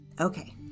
Okay